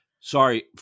sorry